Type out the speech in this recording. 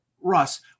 Russ